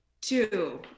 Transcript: two